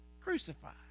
crucified